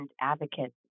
advocates